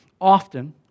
often